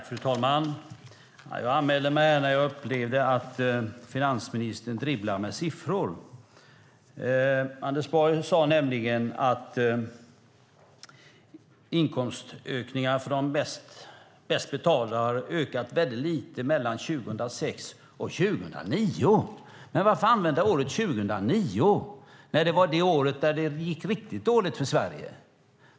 Fru talman! Jag anmälde mig på talarlistan när jag upplevde att finansministern dribblade med siffror. Anders Borg sade nämligen att inkomstökningar för de bäst betalda har ökat väldigt lite mellan 2006 och 2009. Men varför använda år 2009 när det var det år som det gick riktigt dåligt för Sverige?